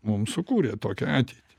mums sukūrė tokią ateitį